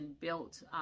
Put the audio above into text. built